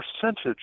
percentage